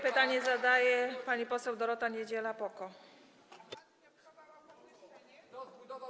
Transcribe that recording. Pytanie zadaje pani poseł Dorota Niedziela, PO-KO.